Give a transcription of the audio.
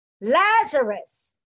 Lazarus